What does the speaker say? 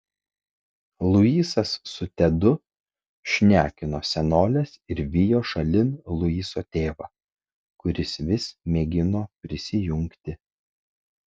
luisas su tedu šnekino senoles ir vijo šalin luiso tėvą kuris vis mėgino prisijungti